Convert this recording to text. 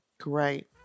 Great